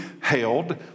held